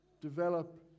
develop